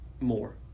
more